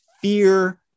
fear